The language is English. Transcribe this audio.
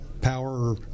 power